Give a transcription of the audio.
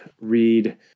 read